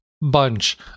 bunch